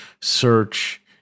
search